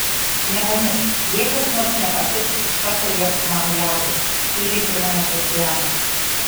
nepamiršk jei kas nors nepatiks iš karto liepk man liautis tyliai primena kristianas